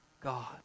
God